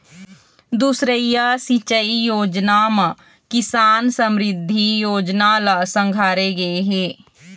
दुसरइया सिंचई योजना म किसान समरिद्धि योजना ल संघारे गे हे